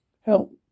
Help